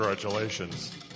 Congratulations